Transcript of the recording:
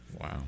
Wow